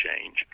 change